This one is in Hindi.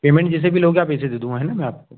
पेमेंट जैसे भी लोगे आप वैसे दे दूँगा है ना मैं आपको